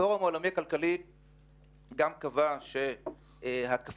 הפורום העולמי הכלכלי קבע בדוח הסיכונים העולמי כי התקפות